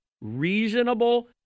reasonable